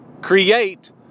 create